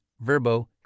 Verbo